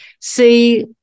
See